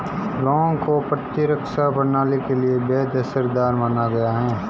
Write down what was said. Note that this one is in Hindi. लौंग को प्रतिरक्षा प्रणाली के लिए बेहद असरदार माना गया है